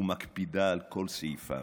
ומקפידה על כל סעיפיו.